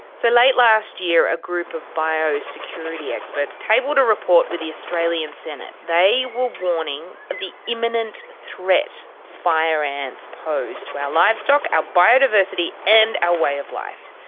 so late last year a group of biosecurity experts tabled a report with the australian senate. they were warning of the imminent threat fire ants pose to our livestock, our ah biodiversity, and our way of life.